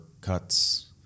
cuts